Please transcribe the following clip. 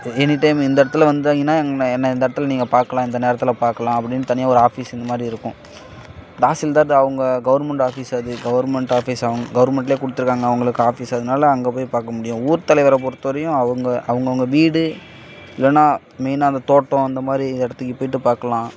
any time இந்த இடத்துல வந்தாங்கன்னா எ என்ன இந்த இடத்துல நீங்கள் பார்க்கலாம் இந்த நேரத்தில் பார்க்கலாம் அப்படின்னு தனியாக ஒரு ஆஃபீஸ் இந்த மாதிரி இருக்கும் தாசில்தார் த அவங்க கவுர்மெண்ட் ஆஃபீஸ் அது கவுர்மெண்ட் ஆஃபீஸ் அவு கவுர்மெண்ட்லேயே கொடுத்துருக்காங்க அவங்களுக்கு ஆஃபீஸ் அதனால் அங்கே போய் பார்க்க முடியும் ஊர்த் தலைவரை பொறுத்தவரையும் அவங்க அவுங்கவங்க வீடு இல்லைன்னா மெயினாக அந்தத் தோட்டம் அந்த மாதிரி இடத்துக்குப் போயிட்டு பார்க்கலாம்